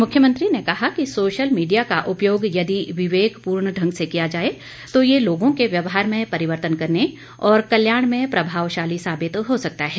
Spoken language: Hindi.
मुख्यमंत्री ने कहा कि सोशल मीडिया का उपयोग यदि विवेकपूर्ण ढंग से किया जाए तो ये लोगों के व्यवहार में परिवर्तन करने और कल्याण में प्रभावशाली साबित हो सकता है